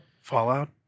Fallout